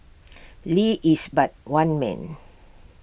lee is but one man